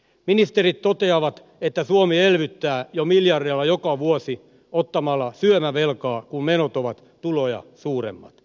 ministerit toteavat että suomi jo elvyttää miljardeilla joka vuosi ottamalla syömävelkaa kun menot ovat tuloja suuremmat